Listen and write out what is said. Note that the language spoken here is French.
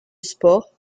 sport